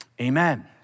amen